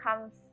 comes